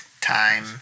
time